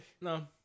No